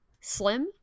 slim